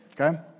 Okay